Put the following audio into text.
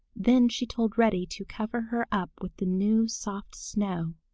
then she told reddy to cover her up with the new soft snow.